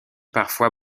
parfois